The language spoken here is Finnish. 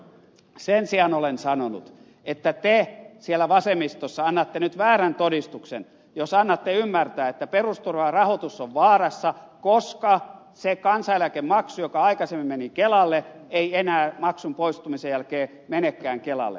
sen sijaan olen sanonut että te siellä vasemmistossa annatte nyt väärän todistuksen jos annatte ymmärtää että perusturvan rahoitus on vaarassa koska se kansaneläkemaksu joka aikaisemmin meni kelalle ei enää maksun poistumisen jälkeen menekään kelalle